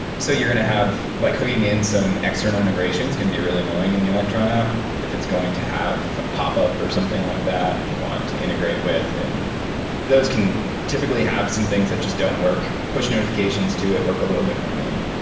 so you're going to have like hooking in some external integrations can be really annoying in the electron app if it's going to have a pop-up or something like that you want to integrate with, and those can typically have some things that just don't work. push notifi cations to it work a little differently,